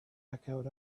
echoed